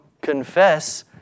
confess